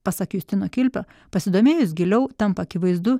pasak justino kilpio pasidomėjus giliau tampa akivaizdu